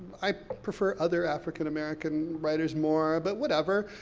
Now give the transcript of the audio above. i prefer other african american writers more, but whatever,